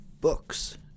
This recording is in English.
books